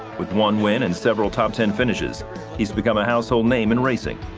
with one win and several top ten finishes he's become a household name in racing.